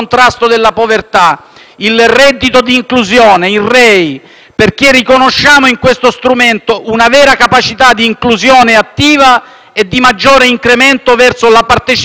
perché riconosciamo a questo strumento una vera capacità di inclusione attiva e di maggiore incremento verso la partecipazione al mercato del lavoro. Infine, ribadisco